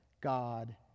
God